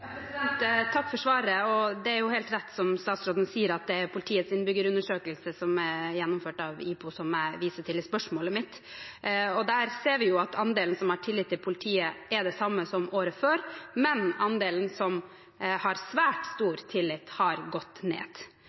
Takk for svaret. Det er helt rett, som statsråden sier, at det er politiets innbyggerundersøkelse, som er gjennomført av Ipsos, som jeg viser til i spørsmålet mitt. Der ser vi at andelen som har tillit til politiet, er den samme som året før, men andelen som har svært stor tillit, har gått ned.